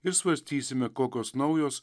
ir svarstysime kokios naujos